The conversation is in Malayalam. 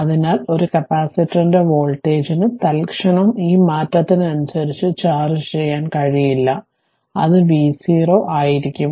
അതിനാൽ ഒരു കപ്പാസിറ്ററിന്റെ വോൾട്ടേജിന് തൽക്ഷണം ഈ മാറ്റത്തിനനുസരിച്ചു ചാർജ് ചെയ്യാൻ കഴിയില്ല അത് v0 v0 ആയിരിക്കും